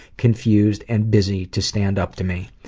confused and busy to stand up to me.